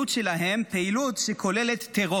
וזכויות היתר של סוכנות הסעד והתעסוקה של האו"ם לפליטי פלסטין במזרח